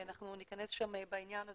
אנחנו ניכנס שם בעניין הזה,